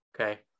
Okay